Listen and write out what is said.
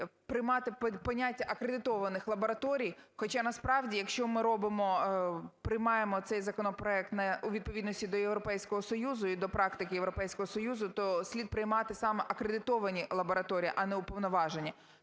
приймати поняття акредитованих лабораторій. Хоча насправді, якщо ми приймаємо цей законопроект у відповідності до Європейського Союзу і до практики Європейського Союзу, то слід приймати саме акредитовані лабораторії, а не уповноважені.